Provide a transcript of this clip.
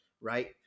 right